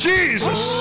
Jesus